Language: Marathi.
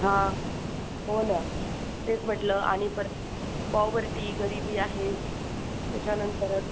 हा हो ना तेच म्हटलं आणि परत पोवर्टी गरीबी आहेच त्याच्यानंतर